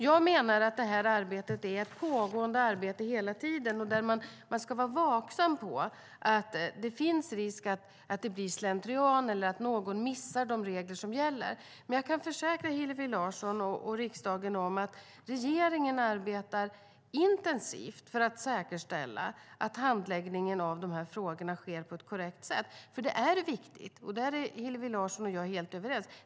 Jag menar alltså att det är ett pågående arbete där man ska vara vaksam på att det finns risk att det blir slentrian eller att någon missar de regler som gäller. Jag kan dock försäkra Hillevi Larsson och riksdagen om att regeringen arbetar intensivt för att säkerställa att handläggningen av frågorna sker på ett korrekt sätt. Det är nämligen viktigt; där är Hillevi Larsson och jag helt överens.